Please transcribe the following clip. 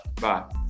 Bye